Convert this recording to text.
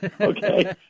okay